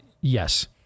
Yes